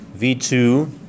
V2